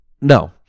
No